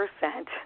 percent